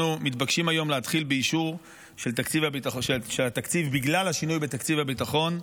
אנחנו מבקשים להתחיל היום באישור של התקציב בגלל השינוי בתקציב הביטחון,